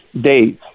days